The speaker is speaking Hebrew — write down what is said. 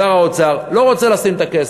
שר האוצר לא רוצה לשים את הכסף,